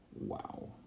Wow